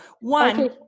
One